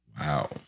Wow